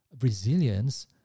resilience